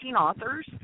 authors